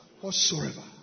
Whatsoever